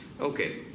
Okay